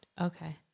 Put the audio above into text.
Okay